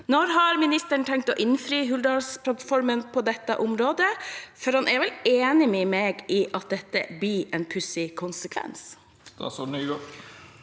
Når har ministeren tenkt å innfri Hurdalsplattformen på dette området? For han er vel enig med meg i at dette blir en pussig konsekvens? Statsråd